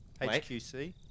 HQC